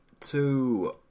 two